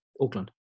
auckland